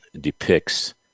depicts